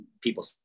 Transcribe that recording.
people